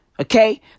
Okay